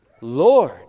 Lord